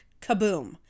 Kaboom